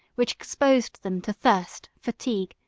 which exposed them to thirst, fatigue,